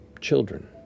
children